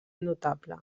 notable